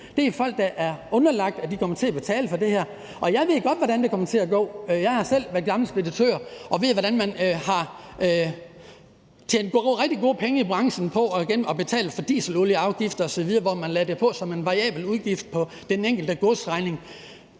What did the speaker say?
Det er folk, der er underlagt, at de kommer til at betale for det her. Jeg ved godt, hvordan det kommer til at gå. Jeg er selv gammel speditør og ved, hvordan man har tjent rigtig gode penge i branchen på at betale for dieselolieafgifter osv., hvor man lagde det på som en variabel udgift på den enkelte godsregning.